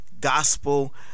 gospel